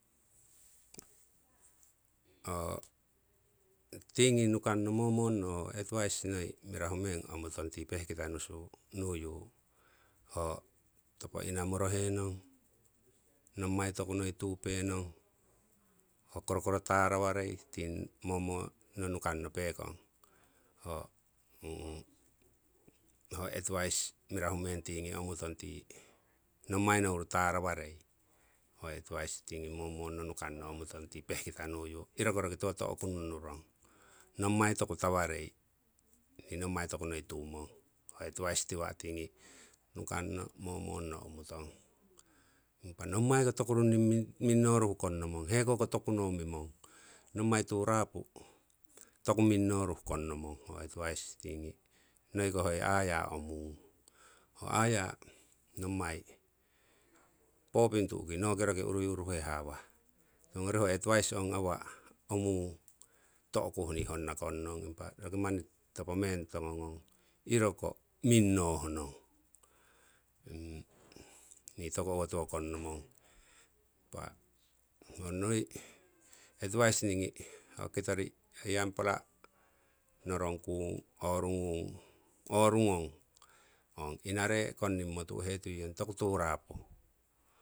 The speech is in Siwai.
ho tingi nukanno momonno ho advise noi mirahu meng omutong ti pehkita nusu nuyu ho inamorohenong, nommai toku noi tupenong, ho korokoro tarawarei tii momonno nukano pekong, ho advise mirahu meng tingi omutong tii nommai nouru tarawarei, ho advise tingi momonno nukanno omutong tii pehkita nuyu. Iroko roki tiwo to'kungno nurong, nommai toku tawarei. Ni nommai tokunoi tumong, ho advise tiwa' tingi nukanno momonno omutong impa nommai ko toku runni mingnoruh konnomong, hekoko tokuno mimong, nommai turapu toku minnoruh konnomong. Ho advise tingi, noiko hoi aya omung, ho aya nommai poping tu'ki noki roki urui uruhe hawah. Tiwongori ho advise ong awa' omung, to'kuh honna kunnong. Impa toki manni topo meng tongo ngong, iroko ming noh nong ni toku owotiwo kong nomong. Impa ho noi advise niingi ho kitori iyampara norongkung, orungung, orungong ong inare' konnimmo tu'hetuiyong toku turapo.